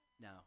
No